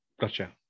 Gotcha